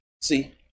See